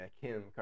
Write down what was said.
Kim